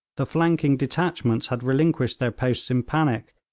the flanking detachments had relinquished their posts in panic,